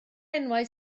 enwau